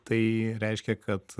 tai reiškia kad